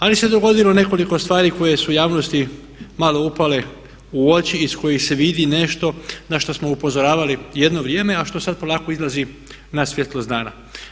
Ali se dogodilo nekoliko stvari koje su javnosti malo upale u oči, iz kojih se vidi nešto na što smo upozoravali jedno vrijeme a što sad polako izlazi na svjetlost dana.